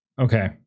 Okay